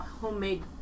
homemade